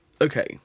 Okay